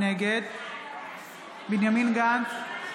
נגד בנימין גנץ,